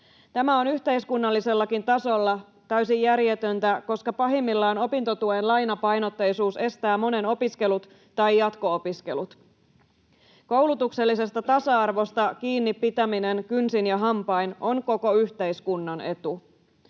Tämä on yhteiskunnallisellakin tasolla täysin järjetöntä, koska pahimmillaan opintotuen lainapainotteisuus estää monen opiskelut tai jatko-opiskelut. Koulutuksellisesta tasa-arvosta kiinni pitäminen kynsin ja hampain on koko yhteiskunnan etu.